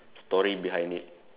story behind it